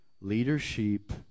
leadership